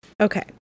Okay